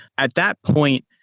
at that point,